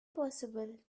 possible